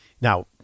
Now